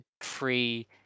free